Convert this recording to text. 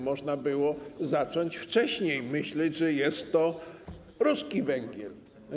Można było zacząć wcześniej myśleć, że jest to ruski węgiel.